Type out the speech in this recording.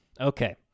Okay